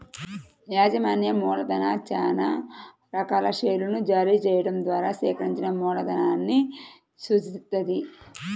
యాజమాన్య మూలధనం చానా రకాల షేర్లను జారీ చెయ్యడం ద్వారా సేకరించిన మూలధనాన్ని సూచిత్తది